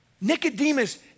Nicodemus